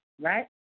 right